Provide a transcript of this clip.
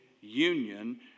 union